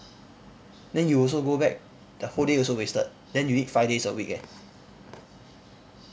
then you also go back the whole day also wasted then you need five days a week eh